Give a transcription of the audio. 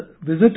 visit